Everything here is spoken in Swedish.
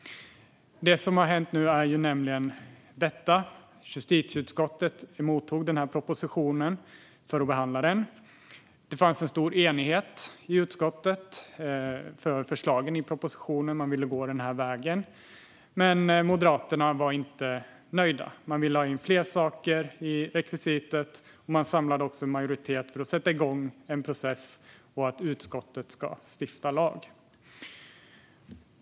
Det som har hänt är följande. Justitieutskottet mottog propositionen för att behandla den. Det fanns en stor enighet i utskottet för förslagen i propositionen - man ville gå den vägen. Men Moderaterna var inte nöjda utan ville ha in fler saker i rekvisitet, och de samlade en majoritet för att sätta igång en process i utskottet för att stifta lag.